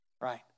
right